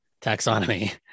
taxonomy